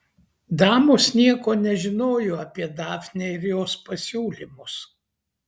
damos nieko nežinojo apie dafnę ir jos pasiūlymus